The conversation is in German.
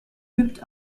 übt